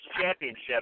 championship